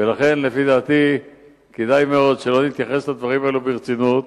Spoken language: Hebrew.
ולכן לפי דעתי כדאי מאוד שלא נתייחס לדברים האלה ברצינות.